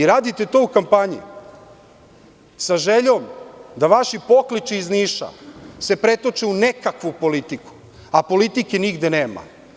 Radite to u kampanji sa željom da vaši pokliči iz Niša se pretoče u nekakvu politiku, a politike nigde nema.